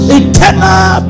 eternal